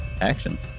actions